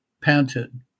panted